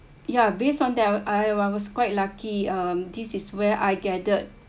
ya based on their I I was quite lucky um this is where I gathered